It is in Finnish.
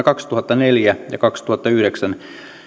kaksituhattaneljä ja kaksituhattayhdeksän